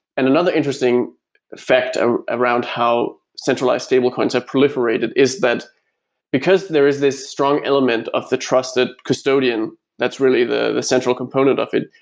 and another interesting fact ah around how centralized stablecoins have proliferated is that because there is this strong element of the trusted custodian that's really the central component of it,